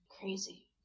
Crazy